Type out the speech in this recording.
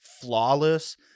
flawless